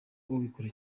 ubikora